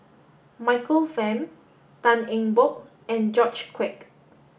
Michael Fam Tan Eng Bock and George Quek